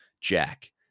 Jack